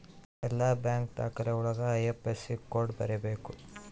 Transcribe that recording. ಎಲ್ಲ ಬ್ಯಾಂಕ್ ದಾಖಲೆ ಒಳಗ ಐ.ಐಫ್.ಎಸ್.ಸಿ ಕೋಡ್ ಬರೀಬೇಕು